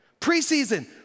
Preseason